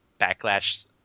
backlash